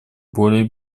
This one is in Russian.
более